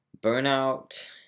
Burnout